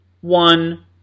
one